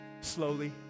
slowly